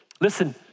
Listen